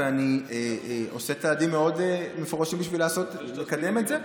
ואני עושה צעדים מאוד מפורשים בשביל לקדם את זה.